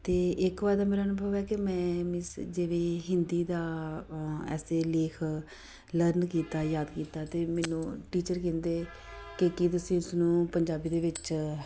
ਅਤੇ ਇੱਕ ਵਾਰ ਦਾ ਮੇਰਾ ਅਨੁਭਵ ਹੈ ਕਿ ਮੈਂ ਮੀਨਸ ਜਿਵੇਂ ਹਿੰਦੀ ਦਾ ਐਸੇ ਲੇਖ ਲਰਨ ਕੀਤਾ ਯਾਦ ਕੀਤਾ ਅਤੇ ਮੈਨੂੰ ਟੀਚਰ ਕਹਿੰਦੇ ਕਿ ਕੀ ਤੁਸੀਂ ਇਸਨੂੰ ਪੰਜਾਬੀ ਦੇ ਵਿੱਚ